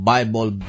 Bible